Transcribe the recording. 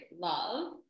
love